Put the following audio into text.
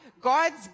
God's